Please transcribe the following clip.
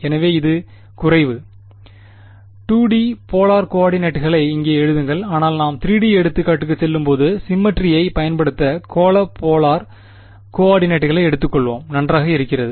எனவே இது குறைவு 2 டி போலார் கோஆர்டினேட்களை இங்கே எழுதுங்கள் ஆனால் நாம் 3D எடுத்துக்காட்டுக்கு செல்லும்போது சிம்மெட்ரியை பயன்படுத்த கோள போலார் கோ ஆர்டினேட்களை எடுத்துக்கொள்வோம் நன்றாக இருக்கிறது